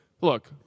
Look